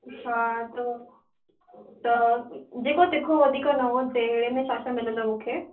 छा अथव त जेको तिखो वधीक न हुजे हेड़े में छा छा मिलंदो मूंखे